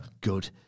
Good